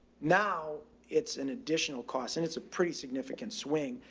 now it's an additional cost and it's a pretty significant swing.